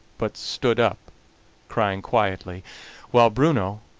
but stood up crying quietly while bruno,